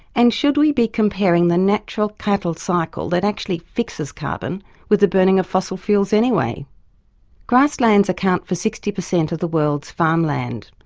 and should we be comparing the natural cattle cycle that actually fixes carbon with the burning of fossil fuels? grasslands account for sixty percent of the world's farmland.